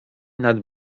nad